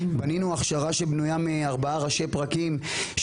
בנינו הכשרה שבנויה מארבעה ראשי פרקים,